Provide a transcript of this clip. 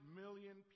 million